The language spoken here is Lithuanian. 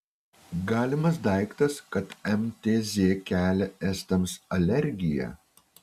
galimas daiktas kad mtz kelia estams alergiją